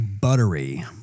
buttery